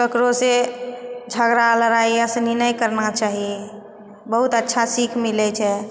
ककरो सँ झगड़ा लड़ाइ नहि करना चाही बहुत अच्छा सीख मिलै छै